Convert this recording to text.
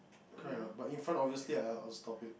correct or not but if in front obviously I will stop it